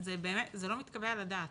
זה לא מתקבל על הדעת.